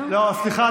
סגן השר, לא, סליחה.